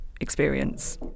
Experience